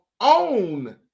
own